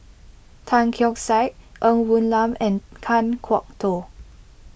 Tan Keong Saik Ng Woon Lam and Kan Kwok Toh